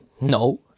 No